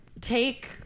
take